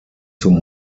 zum